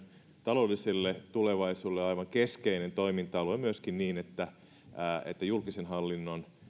taloudelliselle tulevaisuudelle aivan keskeinen toiminta alue myöskin siksi että julkisen hallinnon